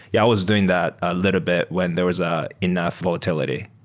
yeah was doing that a little bit when there was ah enough volatility.